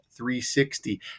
360